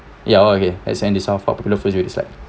ya okay as any sort of popular foods you dislike